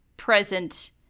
present